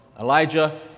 Elijah